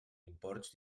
imports